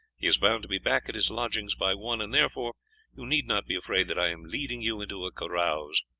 he is bound to be back at his lodgings by one, and therefore you need not be afraid that i am leading you into a carouse.